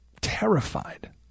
terrified